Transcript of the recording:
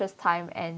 time and